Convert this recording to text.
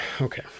okay